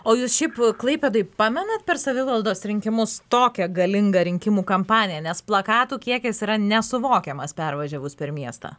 o jūs šiaip klaipėdoje pamenat per savivaldos rinkimus tokią galingą rinkimų kampaniją nes plakatų kiekis yra nesuvokiamas pervažiavus per miestą